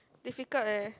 difficult eh